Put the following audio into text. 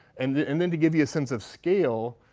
and and then to give you a sense of scale,